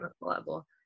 level